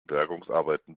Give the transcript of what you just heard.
bergungsarbeiten